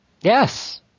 Yes